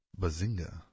Bazinga